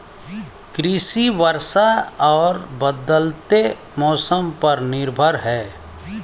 कृषि वर्षा और बदलते मौसम पर निर्भर है